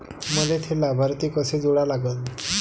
मले थे लाभार्थी कसे जोडा लागन?